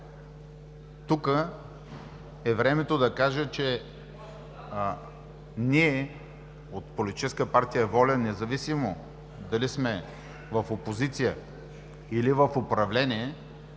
Тук е времето да кажа, че ние, от Политическа партия „Воля“, независимо дали сме в опозиция или в управление,